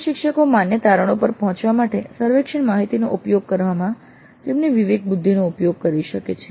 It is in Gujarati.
પ્રશિક્ષકો માન્ય તારણો પર પહોંચવા માટે સર્વેક્ષણ માહિતીનો ઉપયોગ કરવામાં તેમની વિવેકબુદ્ધિનો ઉપયોગ કરી શકે છે